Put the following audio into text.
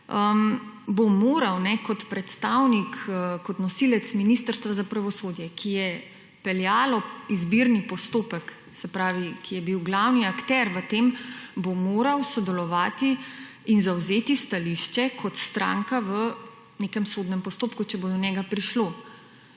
bo moral kot predstavnik, kot nosilec Ministrstva za pravosodje, ki je peljalo izbirni postopek, se pravi, ki je bil glavni akter v tem, bo moral sodelovati in zavzeti stališče kot stranka v nekem sodnem postopku, če bo do njega prišlo.